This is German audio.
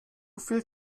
viel